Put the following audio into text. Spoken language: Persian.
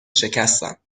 شکستم